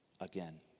Again